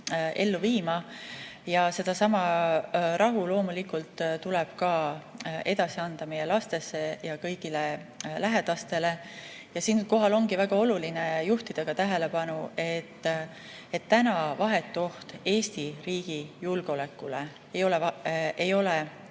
Ja sedasama rahu loomulikult tuleb edasi anda ka meie lastele ja kõigile lähedastele. Siinkohal on väga oluline juhtida tähelepanu, et täna vahetu oht Eesti riigi julgeolekule ei ole